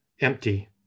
empty